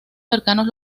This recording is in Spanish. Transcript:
cercanos